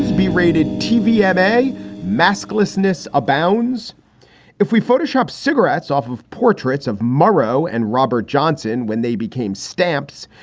b rated tv and um a mask lessness abounds if we photoshop cigarettes off of portraits of murrow and robert johnson when they became stamps,